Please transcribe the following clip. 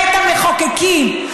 בית המחוקקים.